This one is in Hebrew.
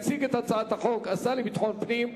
יציג את הצעת החוק השר לביטחון פנים,